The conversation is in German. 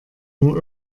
nur